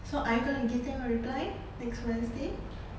so are you gonna give they your reply next wednesday